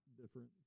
difference